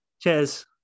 cheers